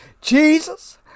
jesus